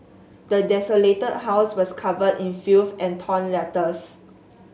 the desolated house was covered in filth and torn letters